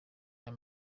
aya